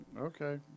Okay